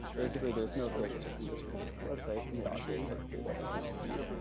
basically, there's no favoritism between different websites and they all get hosted at the same speed.